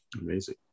Amazing